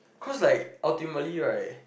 cause like ultimately right